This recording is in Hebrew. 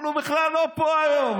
אבל הוא בכלל לא פה היום.